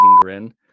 grin